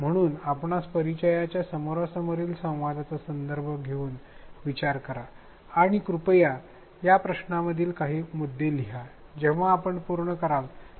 म्हणून आपणास परिचयाच्या समोरासमोरील संवाद चा संदर्भ घेऊन विचार करा आणि कृपया या प्रश्नांमधील काही मुद्दे लिहा जेव्हा आपण पूर्ण कराल तेव्हा आपण पुन्हा सुरू करू शकता